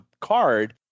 card